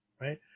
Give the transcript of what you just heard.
right